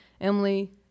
Emily